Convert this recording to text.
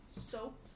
soap